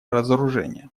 разоружение